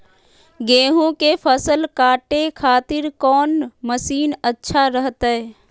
गेहूं के फसल काटे खातिर कौन मसीन अच्छा रहतय?